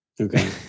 Okay